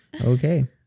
Okay